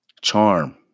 Charm